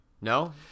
No